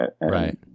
right